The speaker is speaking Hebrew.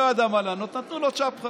הוא לא ידע מה לענות, נתנו לו צ'פחה.